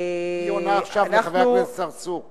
היא עונה עכשיו לחבר הכנסת צרצור.